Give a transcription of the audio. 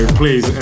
please